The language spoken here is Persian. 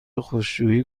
خشکشویی